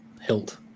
hilt